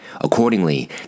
Accordingly